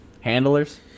handlers